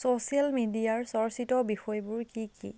social মিডিয়াৰ চৰ্চিত বিষয়বোৰ কি কি